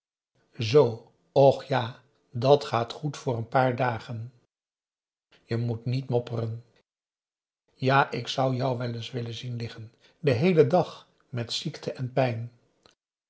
zoo och ja dat gaat goed voor n paar dagen je moet niet mopperen ja ik zou jou wel eens willen zien liggen den heelen dag met ziekte en pijn